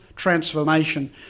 transformation